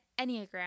Enneagram